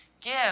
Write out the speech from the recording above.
Give